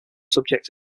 subject